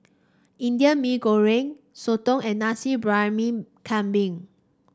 Indian Mee Goreng Soto and Nasi Briyani Kambing